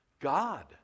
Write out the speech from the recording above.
God